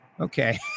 Okay